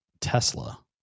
Tesla